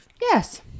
Yes